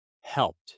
helped